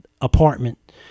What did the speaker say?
apartment